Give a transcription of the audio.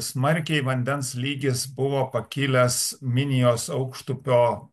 smarkiai vandens lygis buvo pakilęs minijos aukštupio